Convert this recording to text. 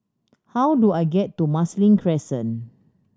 how do I get to Marsiling Crescent